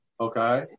Okay